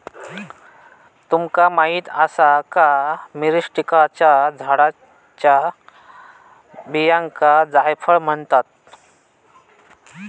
तुमका माहीत आसा का, मिरीस्टिकाच्या झाडाच्या बियांका जायफळ म्हणतत?